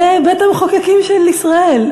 זה בית-המחוקקים של ישראל.